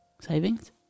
savings